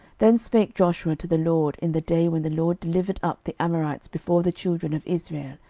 then spake joshua to the lord in the day when the lord delivered up the amorites before the children of israel,